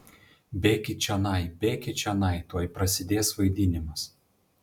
bėkit čionai bėkit čionai tuoj prasidės vaidinimas